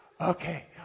okay